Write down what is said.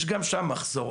יש גם שם מחסור.